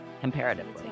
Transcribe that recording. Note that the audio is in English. comparatively